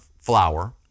flour